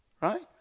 Right